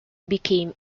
became